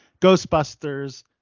Ghostbusters